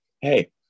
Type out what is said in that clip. Hey